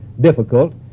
difficult